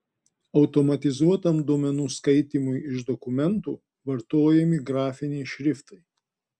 automatizuotam duomenų skaitymui iš dokumentų vartojami grafiniai šriftai